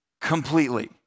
completely